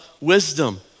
wisdom